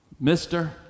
Mister